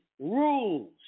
rules